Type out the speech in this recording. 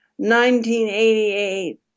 1988